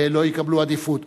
לא יקבלו עדיפות.